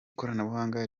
koranabuhanga